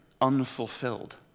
unfulfilled